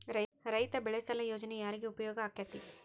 ರೈತ ಬೆಳೆ ಸಾಲ ಯೋಜನೆ ಯಾರಿಗೆ ಉಪಯೋಗ ಆಕ್ಕೆತಿ?